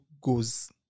goes